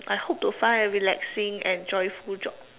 I hope to find a relaxing and joyful job